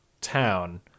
town